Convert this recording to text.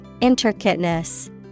Intricateness